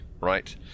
right